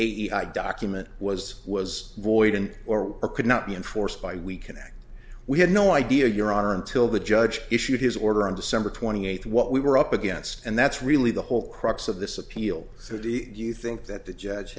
the document was was void and or or could not be enforced by weakening we had no idea your honor until the judge issued his order on december twenty eighth what we were up against and that's really the whole crux of this appeal so do you think that the judge